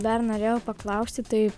dar norėjau paklausti tai